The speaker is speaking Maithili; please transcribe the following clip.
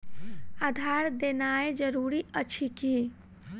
आधार देनाय जरूरी अछि की?